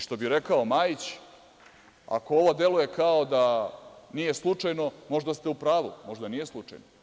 Što bi rekao Majić – Ako ovo deluje kao da nije slučajno, možda ste u pravu, možda nije slučajno.